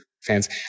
fans